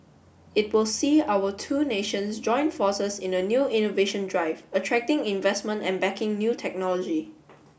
it will see our two nations join forces in a new innovation drive attracting investment and backing new technology